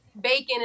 bacon